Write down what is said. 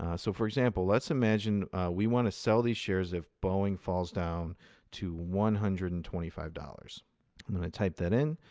ah so for example, let's imagine we want to sell these shares if boeing falls down to one hundred and twenty five dollars. and i'm going to type that in,